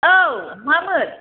औ मामोन